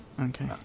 Okay